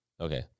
Okay